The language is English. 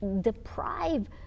deprive